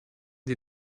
die